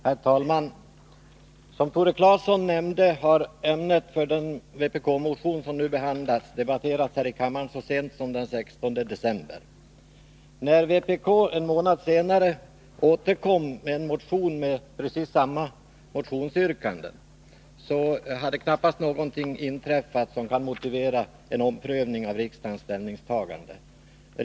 Herr talman! Som Tore Claeson nämnde har ämnet för den vpk-motion som nu behandlas debatterats här i kammaren så sent som den 16 december. Riksdagen avslog då, på förslag av ett enhälligt utskott, vpk-motionen. När vpk en månad senare återkom med en motion med precis samma motionsyrkande hade knappast någonting inträffat som kan motivera en omprövning av riksdagens ställningstagande.